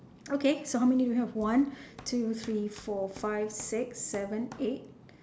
okay so how many you have one two three four five six seven eight